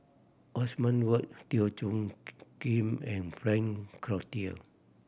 Othman Wok Teo Soon Kim and Frank Cloutier